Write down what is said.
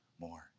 more